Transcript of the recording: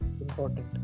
important